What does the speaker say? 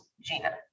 Gina